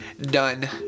done